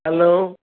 hello